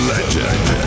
Legend